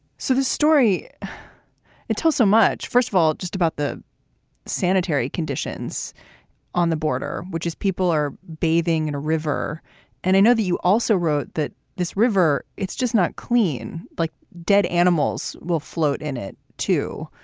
so the story it tells so much, first of all, just about the sanitary conditions on the border, which is people are bathing in a river and i know that you also wrote that this river. it's just not clean, like dead animals will float in it too.